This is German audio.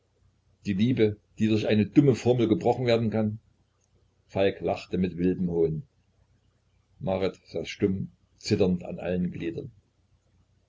das liebe die durch eine dumme formel gebrochen werden kann falk lachte mit wildem hohn marit saß stumm zitternd an allen gliedern